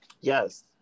Yes